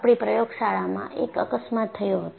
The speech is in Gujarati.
આપણી પ્રયોગશાળામાં એક અકસ્માત થયો હતો